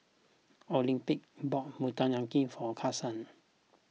Olympia bought Motoyaki for Carson